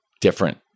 different